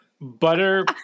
Butter